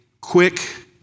quick